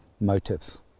motives